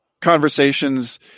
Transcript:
conversations